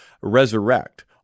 resurrect